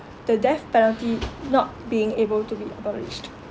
the death penalty not being able to be abolished